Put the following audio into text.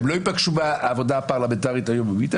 הם לא ייפגשו בעבודה הפרלמנטרית היום-יומית,